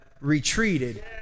retreated